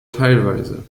teilweise